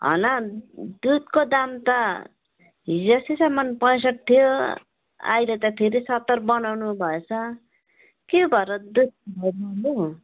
हैन दुधको दाम त हिजो अस्तिसम्मन् पैँसठ्ठी थियो अहिले त फेरि सत्तरी बनाउनु भएछ के भएर दुध